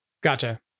Gotcha